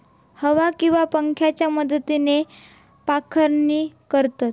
हवा किंवा पंख्याच्या मदतीन पाखडणी करतत